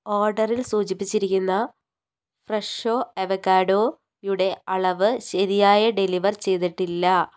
ഓർഡറിൽ സൂചിപ്പിച്ചിരിക്കുന്ന ഫ്രെഷോ അവോക്കാഡോയുടെ അളവ് ശരിയായ ഡെലിവർ ചെയ്തിട്ടില്ല